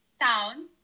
town